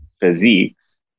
physiques